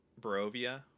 Barovia